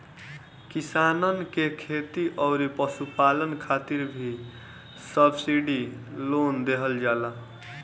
किसानन के खेती अउरी पशुपालन खातिर भी सब्सिडी लोन देहल जाला